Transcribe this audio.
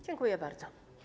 Dziękuję bardzo.